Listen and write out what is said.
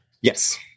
Yes